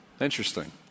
Interesting